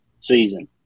season